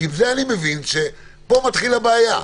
אני מבין שפה מתחילה הבעיה.